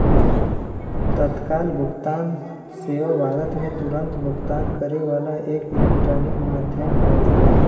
तत्काल भुगतान सेवा भारत में तुरन्त भुगतान करे वाला एक इलेक्ट्रॉनिक माध्यम हौ